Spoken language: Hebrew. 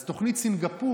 אז תוכנית סינגפור,